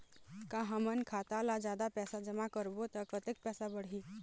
का हमन खाता मा जादा पैसा जमा करबो ता कतेक पैसा बढ़ही?